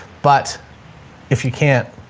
but if you can't,